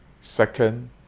Second